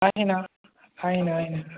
आहे ना आहे ना आहे ना